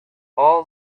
all